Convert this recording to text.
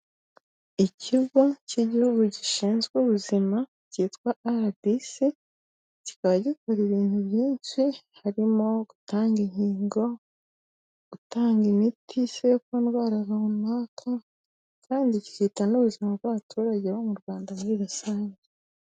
Ikigo cy'igihugu gishinzwe ubuzima cyitwa RBC kikaba gikora ibintu byinshi harimo gutanga inkingo gutanga imiti se ku ndwara runaka kandi kikita n'ubuzima bw'abaturage bo muRwanda muri rusange.